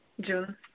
June